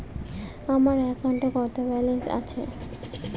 আমার অ্যাকাউন্টে কত ব্যালেন্স আছে?